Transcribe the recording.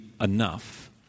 enough